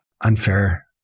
unfair